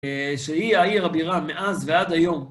שהיא העיר הבירה מאז ועד היום.